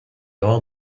old